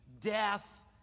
death